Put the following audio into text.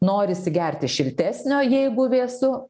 norisi gerti šiltesnio jeigu vėsu